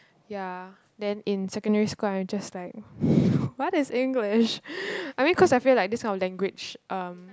ya then in secondary school I'm just like what is English I mean cause I feel like this kind of language um